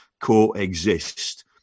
coexist